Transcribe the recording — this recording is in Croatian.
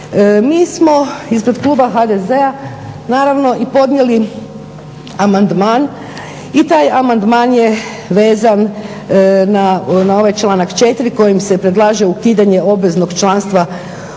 Mi smo ispred kluba HDZ-a naravno i podnijeli amandman. I taj amandman je vezan na ovaj članak 4. kojim se predlaže ukidanje obveznog članstva u